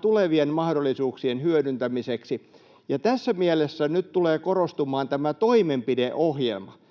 tulevien mahdollisuuksien hyödyntämiseksi. Tässä mielessä nyt tulee korostumaan tämä toimenpideohjelma,